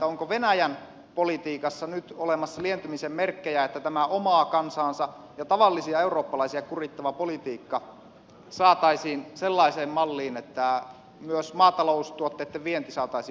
onko venäjän politiikassa nyt olemassa lientymisen merkkejä että tämä omaa kansaansa ja tavallisia eurooppalaisia kurittava politiikka saataisiin sellaiseen malliin että myös maataloustuotteitten vienti saataisiin uudelleen käyntiin